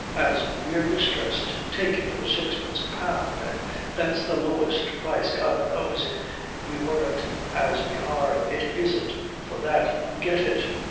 as we're distressed, take it for sixpence a pound, and that's the lowest price god knows, if we wern't as we are, it isn't for that you'd get it.